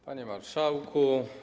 Panie Marszałku!